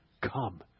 come